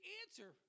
answer